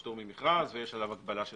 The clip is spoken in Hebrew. פטור ממכרז שעשוי לייצר עיוותים בשוק.